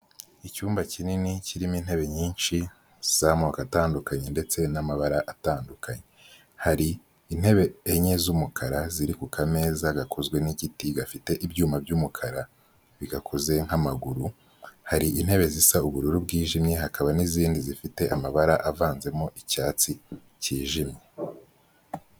Icyumba kinini kirimo intebe nyinshi z'amoko atandukanye ndetse n'amabara atandukanye, hari intebe enye z'umukara ziri ku kameza gakozwe n'igiti gafite ibyuma by'umukara bigakoze nk'amaguru, hari intebe zisa ubururu bwijimye hakaba n'izindi zifite amabara avanzemo icyatsi cyijimye.